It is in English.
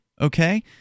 okay